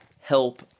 help